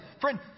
Friend